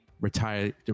retired